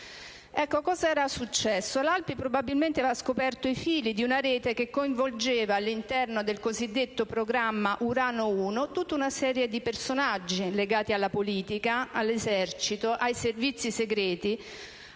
Alpi probabilmente aveva scoperto i fili di una rete che coinvolgeva, all'interno del cosiddetto programma Urano 1, tutta una serie di personaggi legati alla politica, all'esercito, ai servizi segreti,